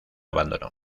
abandonó